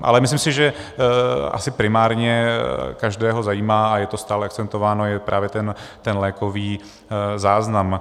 Ale myslím si, že asi primárně každého zajímá, a je to stále akcentováno, je právě ten lékový záznam.